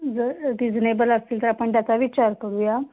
जर रिजनेबल असतील तर आपण त्याचा विचार करूया